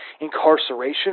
incarceration